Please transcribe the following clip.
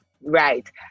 right